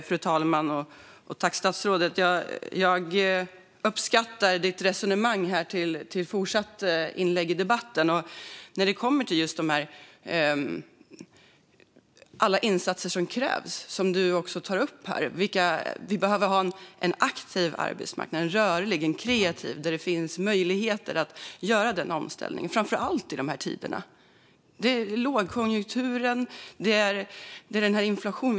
Fru talman! Jag uppskattar statsrådets resonemang och fortsatta inlägg i debatten. Statsrådet tog upp alla insatser som krävs. Vi behöver ha en aktiv, rörlig och kreativ arbetsmarknad där det finns möjligheter att göra en omställning, framför allt i dessa tider. Det är lågkonjunktur och inflation.